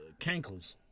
cankles